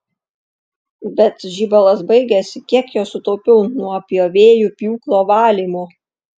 bet žibalas baigėsi kiek jo sutaupiau nuo pjovėjų pjūklo valymo